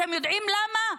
אתם יודעים למה?